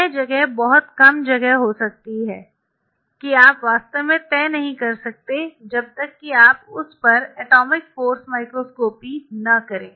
यह जगह बहुत कम जगह हो सकती है कि आप वास्तव में तय नहीं कर सकते जब तक कि आप उस पर एटॉमिक फ़ोर्स माइक्रोस्कोपी न करें